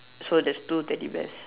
so there's two teddy bears